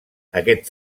aquest